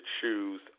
choose